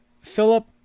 Philip